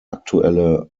aktuelle